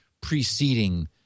preceding –